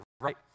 right